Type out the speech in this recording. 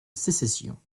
sécession